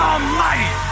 Almighty